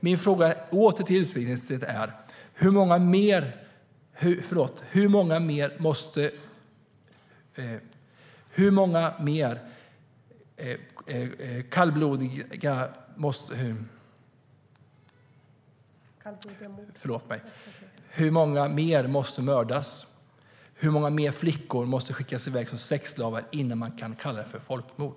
Min fråga åter till utrikesministern är: Hur många fler måste mördas och hur många fler flickor måste skickas i väg som sexslavar innan man kan kalla det för folkmord?